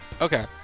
Okay